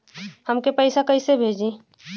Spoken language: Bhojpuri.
हमके पैसा कइसे भेजी?